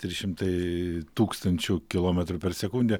trys šimtai tūkstančių kilometrų per sekundę